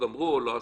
גמרו או לא עשו,